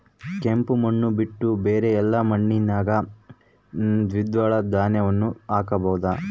ಕೆಂಪು ಮಣ್ಣು ಬಿಟ್ಟು ಬೇರೆ ಎಲ್ಲಾ ಮಣ್ಣಿನಾಗ ದ್ವಿದಳ ಧಾನ್ಯಗಳನ್ನ ಹಾಕಬಹುದಾ?